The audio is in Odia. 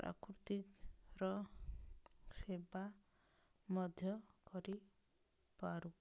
ପ୍ରାକୃତିକର ସେବା ମଧ୍ୟ କରିପାରୁ